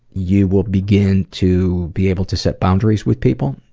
you will begin to be able to set boundaries with people,